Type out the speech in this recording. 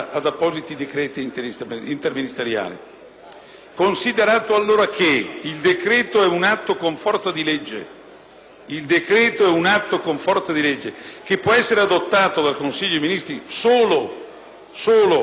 considerato che il decreto-legge è un atto con forza di legge che può essere adottato dal Consiglio dei ministri solo in casi straordinari di necessità ed urgenza;